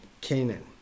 Canaan